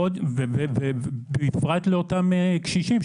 ובפרט לאותם קשישים,